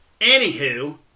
Anywho